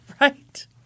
Right